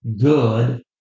good